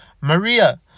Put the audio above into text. Maria